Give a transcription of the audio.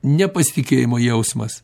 nepasitikėjimo jausmas